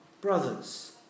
Brothers